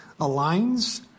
aligns